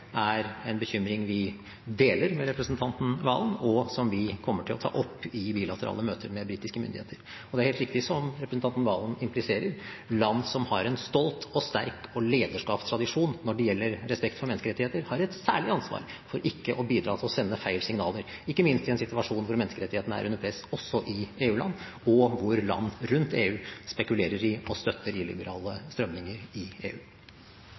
er en bekymring vi deler med representanten Serigstad Valen, og som vi kommer til å ta opp i bilaterale møter med britiske myndigheter. Det er helt riktig som representanten Serigstad Valen impliserer, land som har en stolt og sterk lederskapstradisjon når det gjelder respekt for menneskerettigheter, har et særlig ansvar for ikke å bidra til å sende feil signaler, ikke minst i en situasjon hvor menneskerettighetene er under press også i EU-land, og hvor land rundt EU spekulerer i og støtter illiberale strømninger i EU.